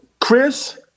Chris